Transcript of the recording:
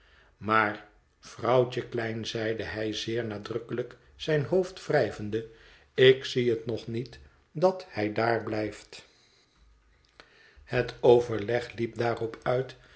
maar vrouwtje klein zeide hij zeer nadrukkelijk zijn hoofd wrijvende ik zie het nog niet dat hij daar blijft het